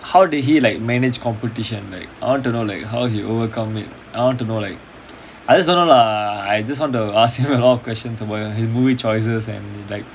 how did he like manage competition like I want to know like how he overcome it I want to know like I just want to know lah I just want to ask him a lot of questions where his movie choices and like